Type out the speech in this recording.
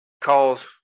calls